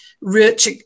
rich